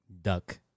duck